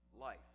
life